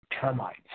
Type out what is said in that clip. termites